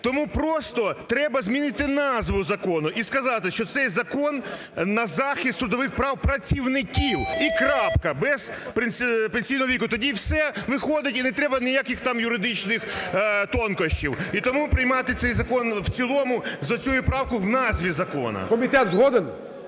Тому просто треба змінити назву закону і сказати, що цей закон на захист трудових прав працівників. І крапка, без передпенсійного віку. Тоді все виходить і не треба ніяких там юридичних тонкощів. І тому приймали цей закон в цілому з оцією правкою в назві закону.